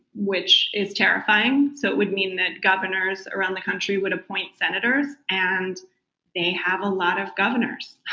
which is terrifying so it would mean that governor's around the country would appoint senators and they have a lot of governor's,